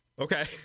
okay